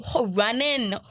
running